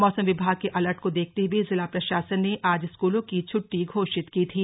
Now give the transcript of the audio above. मौसम विभाग के अलर्ट को देखते हुए जिला प्रशासन ने आज स्कूलों की छुट्टी घोषित की थी